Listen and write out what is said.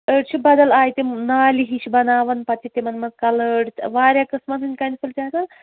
أڑۍ چھِ بَدل آیہِ تِم نالہِ ہِشۍ بَناوان پتہٕ چھِ تِمن منٛز کَلٲڈ واریاہ قٕسمَن ہٕنٛدۍ کَنہِ پھٔلۍ چھِ آسان